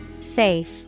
Safe